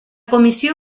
comissió